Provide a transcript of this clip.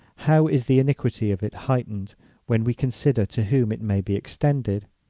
how is the iniquity of it heightened when we consider to whom it may be extended!